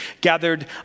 gathered